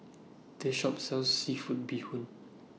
This Shop sells Seafood Bee Hoon